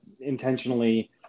intentionally